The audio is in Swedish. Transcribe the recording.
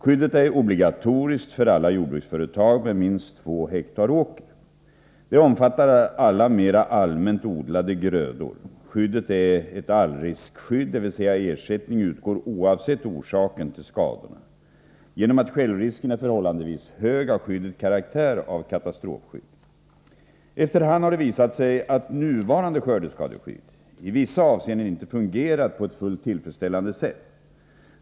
Skyddet är obligatoriskt för alla jordbruksföretag med minst 2 ha åker. Det omfattar alla mera allmänt odlade grödor. Skyddet är ett allriskskydd, dvs. ersättning utgår oavsett orsaken till skadorna. Genom att självrisken är förhållandevis hög, har skyddet karaktär av katastrofskydd. Efter hand har det visat sig att nuvarande skördeskadeskydd i vissa avseenden inte fungerat på ett fullt tillfredsställande sätt.